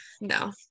No